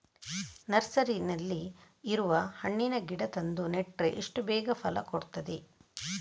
ನರ್ಸರಿನಲ್ಲಿ ಇರುವ ಹಣ್ಣಿನ ಗಿಡ ತಂದು ನೆಟ್ರೆ ಎಷ್ಟು ಬೇಗ ಫಲ ಕೊಡ್ತದೆ